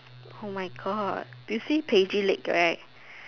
oh my God did you see Paige's leg right